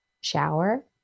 shower